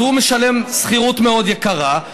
אז הוא משלם שכירות מאוד יקרה,